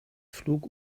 flug